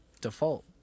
default